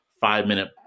five-minute